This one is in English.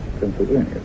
Pennsylvania